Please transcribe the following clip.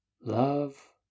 Love